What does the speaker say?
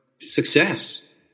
success